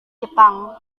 jepang